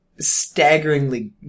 staggeringly